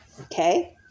Okay